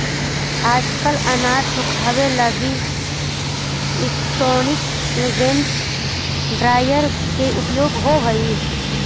आजकल अनाज सुखावे लगी इलैक्ट्रोनिक ग्रेन ड्रॉयर के उपयोग होवऽ हई